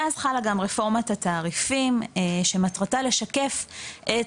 ואז חלה גם רפורמת התעריפים שמטרתה לשקף את